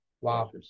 Wow